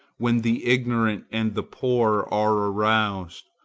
when the ignorant and the poor are aroused,